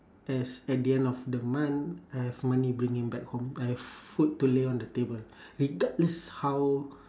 as at the end of the month I have money bring in back home I have food to lay on the table regardless how